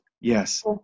Yes